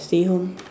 stay home